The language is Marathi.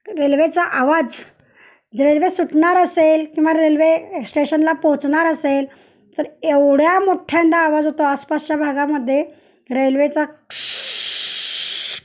रेल्वेचा आवाज रेल्वे सुटणार असेल किंवा रेल्वे स्टेशनला पोचणार असेल तर एवढ्या मोठ्यांंदा आवाज होतो आसपासच्या भागामध्ये रेल्वेचा